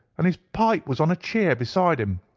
and his pipe was on a chair beside him.